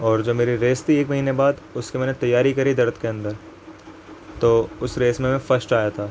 اور جو میری ریس تھی ایک مہینے بعد اس کی میں نے تیاری کری درد کے اندر تو اس ریس میں میں فشٹ آیا تھا